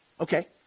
Okay